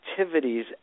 activities